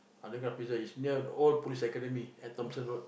underground prison is near old police academy near Thompson Road